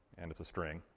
and it's a string,